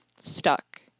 stuck